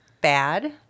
bad